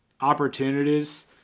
opportunities